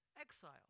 Exile